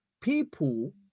people